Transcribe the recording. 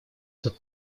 этот